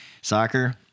soccer